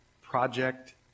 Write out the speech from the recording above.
Project